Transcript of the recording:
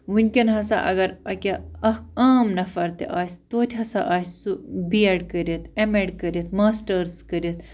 وُنکٮ۪ن ہسا اَگر اَکہِ اَکھ عام نَفر تہِ آسہِ تۄتہِ ہسا آسہِ سُہ بی ایٚڈ کٔرِتھ ایم ایٚڈ کٔرِتھ ماسٹٲرٕز کٔرِتھ